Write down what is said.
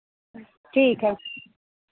ठीक है